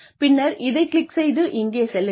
பின்னர் இதைக் கிளிக் செய்து இங்கே செல்லுங்கள்